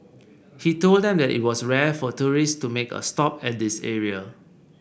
he told them that it was rare for tourists to make a stop at this area